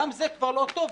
גם זה כבר לא טוב.